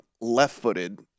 left-footed